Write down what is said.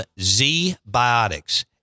Z-Biotics